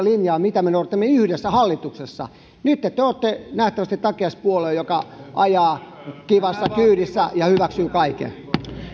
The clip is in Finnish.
linjaa mitä me noudatimme yhdessä hallituksessa nyt te te olette nähtävästi takiaispuolue joka ajaa kivassa kyydissä ja hyväksyy kaiken